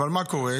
אבל מה קורה?